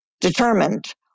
determined